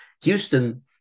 Houston